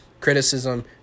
Criticism